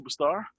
Superstar